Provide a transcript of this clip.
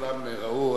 כולם ראו.